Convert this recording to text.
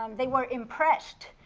um they were impressed